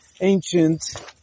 ancient